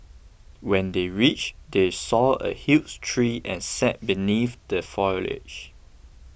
when they reached they saw a huge tree and sat beneath the foliage